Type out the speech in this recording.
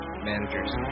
managers